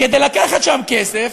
כדי לקחת שם כסף,